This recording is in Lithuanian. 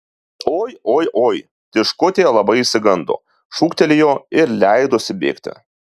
oi oi oi tiškutė labai išsigando šūktelėjo ir leidosi bėgti